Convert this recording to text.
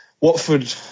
Watford